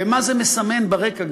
ומה זה מסמן ברקע?